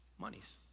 monies